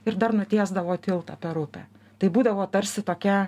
ir dar nutiesdavo tiltą per upę tai būdavo tarsi tokia